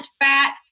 fat